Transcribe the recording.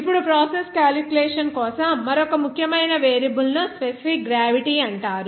ఇప్పుడు process calculation కోసం మరొక ముఖ్యమైన వేరియబుల్ ను స్పెసిఫిక్ గ్రావిటీ అంటారు